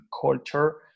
culture